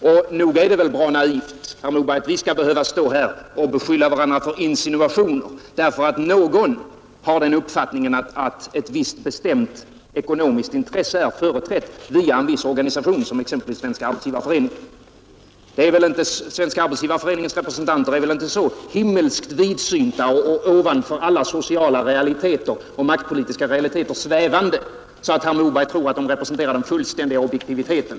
Och nog är det ändå bra naivt, herr Moberg, att vi skall behöva stå här och beskylla varandra för insinuationer, därför att någon har den uppfattningen att ett visst bestämt ekonomiskt intresse är företrätt via en viss organisation, t.ex. Svenska arbetsgivareföreningen. Arbetsgivareföreningens representanter är väl inte så himmelskt vidsynta och svävar väl inte så högt över alla sociala och maktpolitiska realiteter att herr Moberg tror att de representerar den fullständiga objektiviteten.